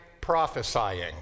prophesying